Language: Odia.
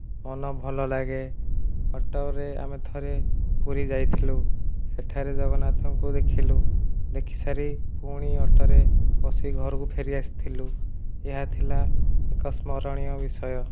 ମନ ଭଲ ଲାଗେ ଅଟୋରେ ଆମେ ଥରେ ପୁରୀ ଯାଇଥିଲୁ ସେଠାରେ ଜଗନ୍ନାଥଙ୍କୁ ଦେଖିଲୁ ଦେଖି ସାରି ପୁଣି ଅଟୋରେ ବସି ଘରକୁ ଫେରି ଆସିଥିଲୁ ଏହା ଥିଲା ଏକ ସ୍ମରଣୀୟ ବିଷୟ